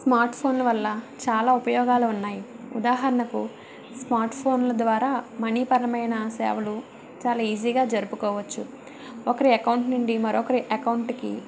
స్మార్ట్ఫోన్ల వల్ల చాలా ఉపయోగాలు ఉన్నాయి ఉదాహరణకు స్మార్ట్ఫోన్లు ద్వారా మనీ పరమైన సేవలు చాలా ఈజీగా జరుపుకోవచ్చు ఒకరి అకౌంట్ నుండి మరొకరి అకౌంట్కి